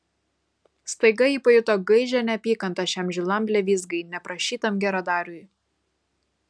staiga ji pajuto gaižią neapykantą šiam žilam blevyzgai neprašytam geradariui